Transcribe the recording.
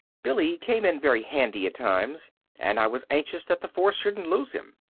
billy came in very handy at times and i was anxious that the force shouldn't lose him.